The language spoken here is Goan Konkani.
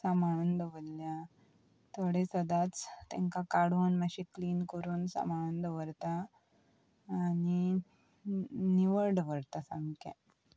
सांबाळून दवरल्यां थोडे सदांच तेंकां काडून मात्शें क्लीन करून सांबाळून दवरता आनी निवळ दवरता सामकें